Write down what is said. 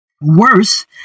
Worse